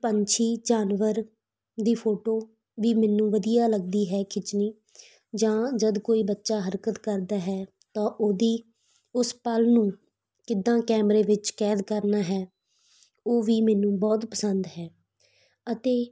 ਪੰਛੀ ਜਾਨਵਰ ਦੀ ਫੋਟੋ ਵੀ ਮੈਨੂੰ ਵਧੀਆ ਲੱਗਦੀ ਹੈ ਖਿੱਚਣੀ ਜਾਂ ਜਦੋਂ ਕੋਈ ਬੱਚਾ ਹਰਕਤ ਕਰਦਾ ਹੈ ਤਾਂ ਉਹਦੀ ਉਸ ਪਲ ਨੂੰ ਕਿੱਦਾਂ ਕੈਮਰੇ ਵਿੱਚ ਕੈਦ ਕਰਨਾ ਹੈ ਉਹ ਵੀ ਮੈਨੂੰ ਬਹੁਤ ਪਸੰਦ ਹੈ ਅਤੇ